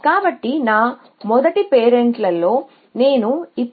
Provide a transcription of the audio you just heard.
అంటే ప్రాథమికంగా ఈ నగరాలన్నీ ఇక్కడ నా పర్యటనలో కనిపించాలని నేను కోరుకుంటున్నాను